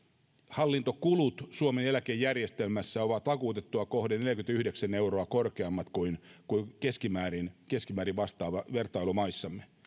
hallintokulut suomen eläkejärjestelmässä ovat vakuutettua kohden neljäkymmentäyhdeksän euroa korkeammat kuin keskimäärin keskimäärin vastaavasti vertailumaissamme